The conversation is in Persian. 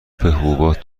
حبوبات